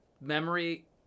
memory